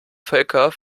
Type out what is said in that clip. völker